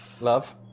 Love